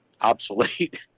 obsolete